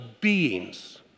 beings